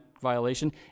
violation